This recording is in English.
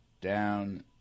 down